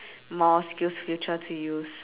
more skills future to use